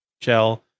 shell